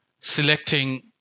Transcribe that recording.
selecting